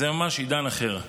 זה ממש עידן אחר.